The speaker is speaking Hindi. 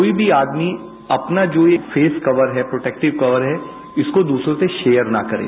कोई भी आदमी अपना जो फेस कवर है प्रोटेक्टिंग कवर है इसको एक दूसरे से शेयर न करे